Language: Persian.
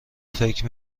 فکر